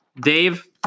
dave